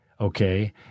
Okay